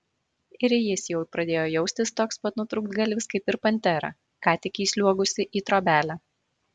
ir jis jau pradėjo jaustis toks pat nutrūktgalvis kaip ir pantera ką tik įsliuogusi į trobelę